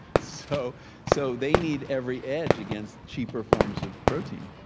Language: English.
so so they need every edge against cheaper forms of protein.